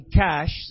cash